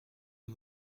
est